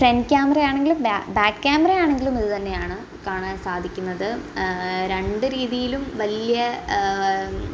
front camera ആണെങ്കിൽ back camera ആണെങ്കിലും ഇത് തന്നെയാണ് കാണാൻ സാധിക്കുന്നത് രണ്ട് രീതിയിലും വലിയ